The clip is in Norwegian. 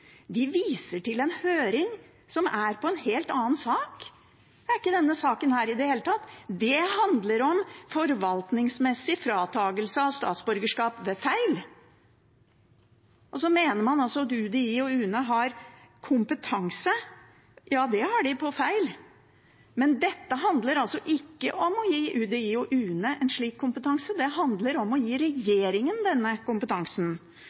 De viser til en høring som gjaldt en helt annen sak. Det gjaldt ikke denne saken i det hele tatt. Det handler om forvaltningsmessig fratagelse av statsborgerskap ved feil. Man mener altså at UDI og UNE har kompetanse. Ja, det har de – på feil. Men dette handler altså ikke om å gi UDI og UNE en slik kompetanse, det handler om å gi regjeringen denne kompetansen.